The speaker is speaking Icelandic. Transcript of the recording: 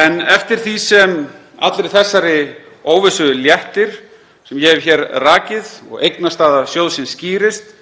En eftir því sem allri þessari óvissu léttir sem ég hef hér rakið og eignastaða sjóðsins skýrist